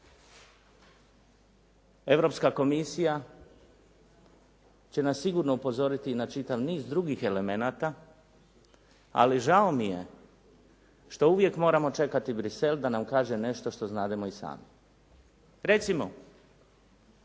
Europska komisija će nas sigurno upozoriti na čitav niz drugih elemenata, ali žao mi je što uvijek moramo čekati Bruxelles da nam kaže nešto što znamo i sami. Recimo,